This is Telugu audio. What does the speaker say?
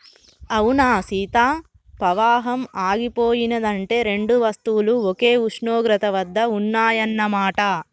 అవునా సీత పవాహం ఆగిపోయినది అంటే రెండు వస్తువులు ఒకే ఉష్ణోగ్రత వద్ద ఉన్నాయన్న మాట